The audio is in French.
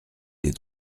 des